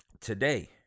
today